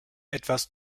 etwas